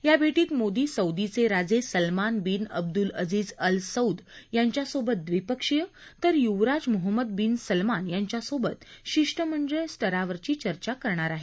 या भेटी मोदी सौदीचे राजे Salman bin Abdulaziz Al Saud यांच्यासोबत द्विपक्षीय तर युवराज मोहम्मद बीन सलमान यांच्यासोबत शिष्टमंडळ स्तररावरची चर्चा करणार आहेत